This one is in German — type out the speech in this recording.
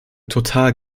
total